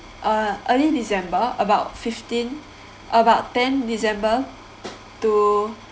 uh early december about fifteen about ten december to